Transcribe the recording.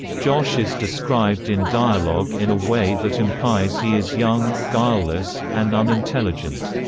josh is described in dialogue in a way that implies he is young, guileless, and unintelligent.